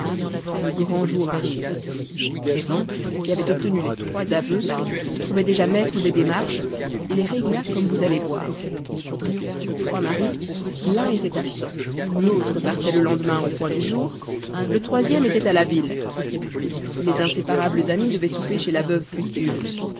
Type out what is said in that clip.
le grand jour arrive prévan qui avait obtenu les trois aveux se trouvait déjà maître des démarches les régla comme vous allez voir des trois maris l'un était absent l'autre partait le lendemain au point du jour le troisième était à la ville les inséparables amies devaient souper chez la veuve future